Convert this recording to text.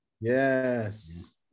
yes